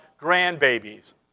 grandbabies